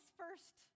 first